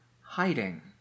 hiding